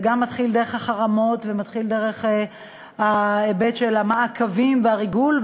הוא גם מתחיל דרך החרמות ומתחיל דרך ההיבט של המעקבים והריגול,